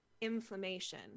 inflammation